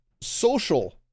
social